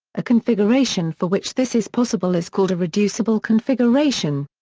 a configuration for which this is possible is called a reducible configuration.